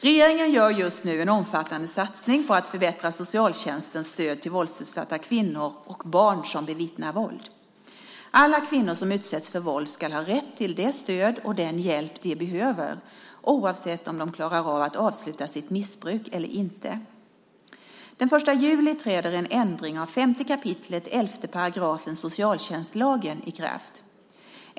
Regeringen gör just nu en omfattande satsning på att förbättra socialtjänstens stöd till våldsutsatta kvinnor och barn som bevittnar våld. Alla kvinnor som utsätts för våld ska ha rätt till det stöd och den hjälp de behöver, oavsett om de klarar av att avsluta sitt missbruk eller inte. Den 1 juli träder en ändring av 5 kap. 11 § socialtjänstlagen i kraft.